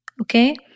Okay